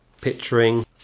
Picturing